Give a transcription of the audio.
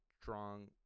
strong